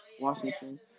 Washington